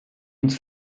uns